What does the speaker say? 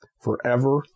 forever